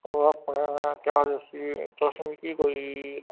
ओह् अपने न केह् आखदे तुस मिकी कोई